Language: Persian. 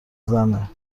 زنه